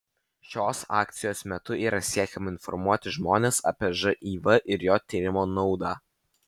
šios akcijos metu yra siekiama informuoti žmones apie živ ir jo tyrimo naudą